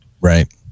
Right